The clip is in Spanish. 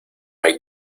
hay